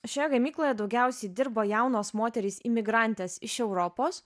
šioje gamykloje daugiausiai dirbo jaunos moterys imigrantės iš europos